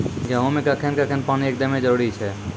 गेहूँ मे कखेन कखेन पानी एकदमें जरुरी छैय?